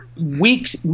weeks